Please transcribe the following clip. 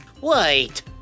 Wait